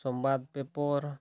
Sambad paper